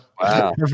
Wow